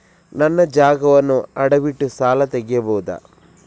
ನನ್ನ ಜಾಗವನ್ನು ಅಡವಿಟ್ಟು ಸಾಲ ತೆಗೆಯಬಹುದ?